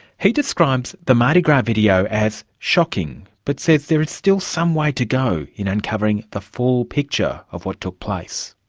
he describes the mardi gras video as shocking, but says there is still some way to go in uncovering the full picture of what took place.